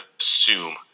assume